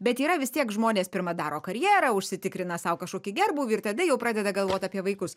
bet yra vis tiek žmonės pirma daro karjerą užsitikrina sau kažkokį gerbūvį ir tada jau pradeda galvot apie vaikus